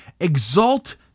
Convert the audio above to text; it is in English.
exalt